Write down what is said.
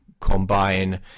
combine